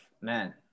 man